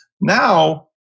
Now